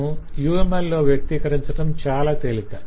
ను UML లో వ్యక్తీకరించటం చాల తేలిక